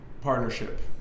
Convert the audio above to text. partnership